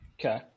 Okay